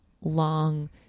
long